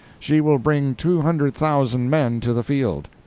she will bring two hundred thousand men to the field.